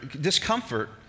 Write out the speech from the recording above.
discomfort